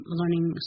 learning